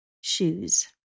shoes